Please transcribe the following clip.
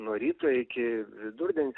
nuo ryto iki vidurdienio